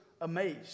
amazed